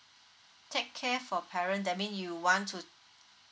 tale care for parent that mean you want to